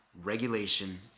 regulation